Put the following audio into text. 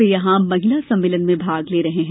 वे यहां महिला सम्मेलन में भाग ले रहे हैं